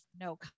no